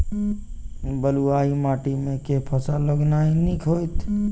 बलुआही माटि मे केँ फसल लगेनाइ नीक होइत?